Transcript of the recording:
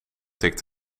tikt